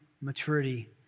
maturity